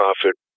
profit